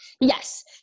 Yes